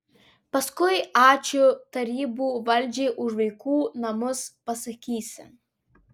paskui ačiū tarybų valdžiai už vaikų namus pasakysi